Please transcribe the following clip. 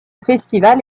festival